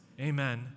Amen